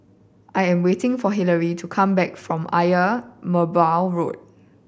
I am waiting for Hilary to come back from Ayer Merbau Road